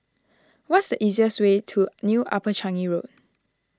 what is the easiest way to New Upper Changi Road